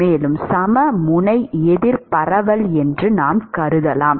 மேலும் சமமுனை எதிர் பரவல் என்று நாம் கருதலாம்